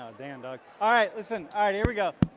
d mn dog. alright listen. alright here we go.